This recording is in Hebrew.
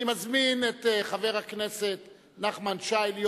אני מזמין את חבר הכנסת נחמן שי להיות